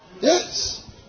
Yes